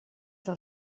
del